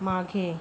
मागे